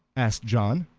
asked john,